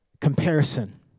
comparison